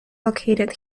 located